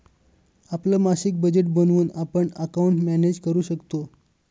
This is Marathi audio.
आपलं मासिक बजेट बनवून आपण अकाउंट मॅनेज करू शकतो